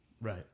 right